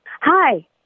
Hi